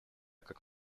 как